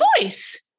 voice